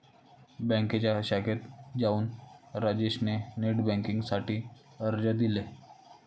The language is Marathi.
बँकेच्या शाखेत जाऊन राजेश ने नेट बेन्किंग साठी अर्ज दिले